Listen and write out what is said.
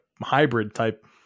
hybrid-type